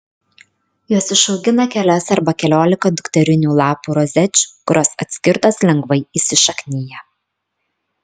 jos išaugina kelias arba keliolika dukterinių lapų rozečių kurios atskirtos lengvai įsišaknija